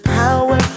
power